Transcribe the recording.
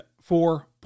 four